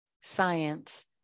science